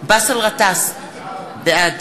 באסל גטאס, בעד